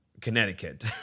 Connecticut